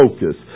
focus